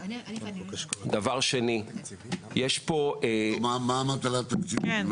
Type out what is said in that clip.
זה מעניין את הוועדה מאוד, מה המטלה התקציבית?